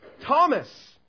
Thomas